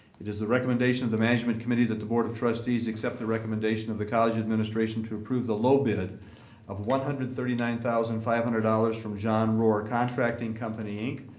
it is the recommendation of the management committee that the board of trustees accept the recommendation of the college administration to approve the low bid of one hundred and thirty nine thousand five hundred dollars from john rohrer contracting company, inc,